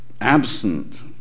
absent